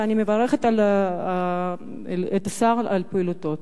ואני מברכת את השר על פעילותו.